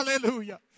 hallelujah